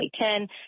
2010